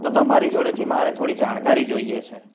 તો તમારી જોડેથી મારે થોડી જાણકારી જોઈએ છે